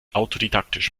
autodidaktisch